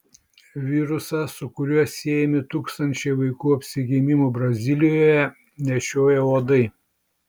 virusą su kuriuo siejami tūkstančiai vaikų apsigimimų brazilijoje nešioja uodai